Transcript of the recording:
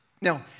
Now